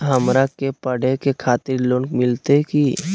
हमरा के पढ़े के खातिर लोन मिलते की?